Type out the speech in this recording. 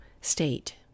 state